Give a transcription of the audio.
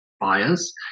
Buyers